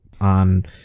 on